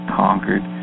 conquered